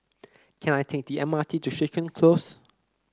can I take the M R T to Crichton Close